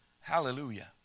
Hallelujah